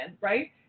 right